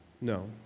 No